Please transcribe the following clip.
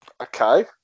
Okay